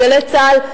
ב"גלי צה"ל",